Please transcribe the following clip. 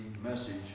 message